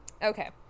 Okay